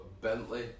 Bentley